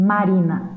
Marina